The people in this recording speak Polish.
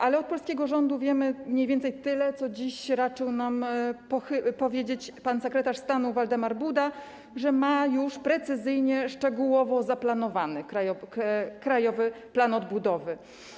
Ale od polskiego rządu wiemy mniej więcej tyle, co dziś raczył nam powiedzieć pan sekretarz stanu Waldemar Buda: że ma już precyzyjnie, szczegółowo zaplanowany Krajowy Plan Odbudowy.